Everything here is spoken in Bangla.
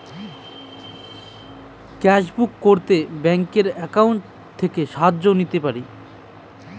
গ্যাসবুক করতে ব্যাংকের অ্যাকাউন্ট থেকে সাহায্য নিতে পারি?